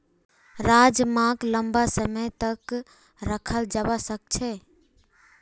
राजमाक लंबा समय तक रखाल जवा सकअ छे